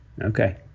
okay